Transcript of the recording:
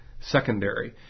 secondary